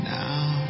now